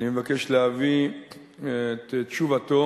אני מבקש להביא את תשובתו